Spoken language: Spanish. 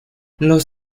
los